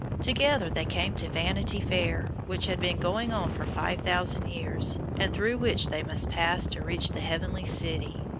together they came to vanity fair, which had been going on for five thousand years, and through which they must pass to reach the heavenly city.